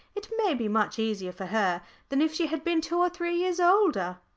it may be much easier for her than if she had been two or three years older.